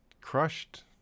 crushed